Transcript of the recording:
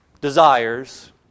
desires